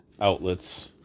outlets